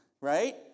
right